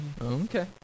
Okay